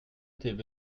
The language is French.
étaient